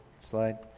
Slide